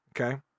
okay